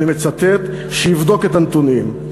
אני מצטט: "שיבדוק את הנתונים".